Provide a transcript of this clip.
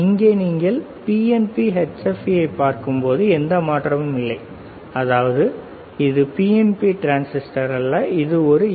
இங்கே நீங்கள் PNP HFE ஐப் பார்க்கும்போது எந்த மாற்றமும் இல்லை அதாவது இது பிஎன்பி டிரான்சிஸ்டர் அல்ல அது ஒரு என்